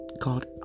called